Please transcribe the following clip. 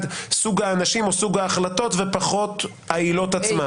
סוג האנשים או סוג ההחלטות ופחות העילות עצמן.